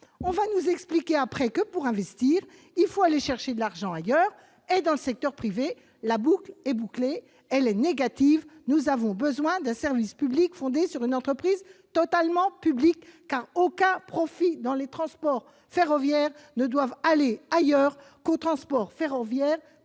et on nous expliquera ensuite que, pour investir, il faut aller chercher de l'argent ailleurs. Où ? Dans le secteur privé. Ainsi, la boucle est bouclée. Boucle négative : nous avons besoin d'un service public fondé sur une entreprise totalement publique, car aucun profit dans les transports ferroviaires ne doit aller ailleurs qu'au transport ferroviaire